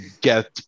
get